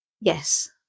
yes